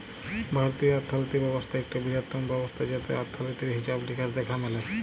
ভারতীয় অথ্থলিতি ব্যবস্থা ইকট বিরহত্তম ব্যবস্থা যেটতে অথ্থলিতির হিছাব লিকাস দ্যাখা ম্যালে